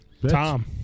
Tom